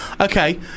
Okay